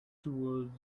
toward